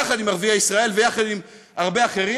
יחד עם ערביי ישראל ויחד עם הרבה אחרים,